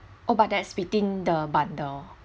oh but that's within the bundle